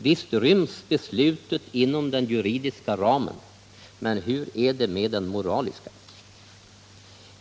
Visst ryms beslutet inom den juridiska ramen — men hur är det med den moraliska?